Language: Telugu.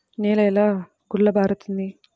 నేల ఎలా గుల్లబారుతుంది?